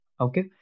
Okay